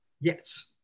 Yes